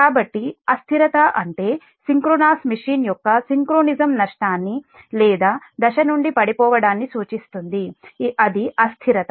కాబట్టి అస్థిరత అంటే సింక్రోనస్ మెషీన్ యొక్క సింక్రోనిజం నష్టాన్ని లేదా దశ నుండి పడిపోవడాన్ని సూచిస్తుంది అది అస్థిరత